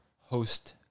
host